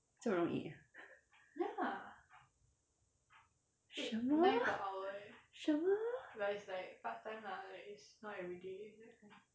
这么容易什么什么